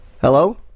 Hello